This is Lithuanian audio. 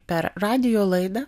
per radijo laidą